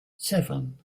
seven